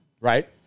right